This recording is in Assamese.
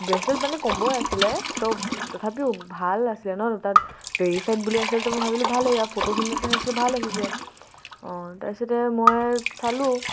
ব্ৰেচলেট মানে কম্ব'য়ে আছিলে ত' তথাপিও ভাল আছিলে ন তাত ভেৰিফাইড বুলি আছিল তো মই ভাবিলোঁ ভাল এয়া ফটোখিনিটো চাইছিলোঁ ভাল আহিছে অঁ তাৰপিছতে মই চালোঁ